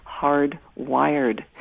hardwired